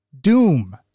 Doom